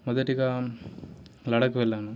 మొదటిగా లడఖ్ వెళ్ళాను